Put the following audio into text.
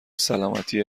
سلامتی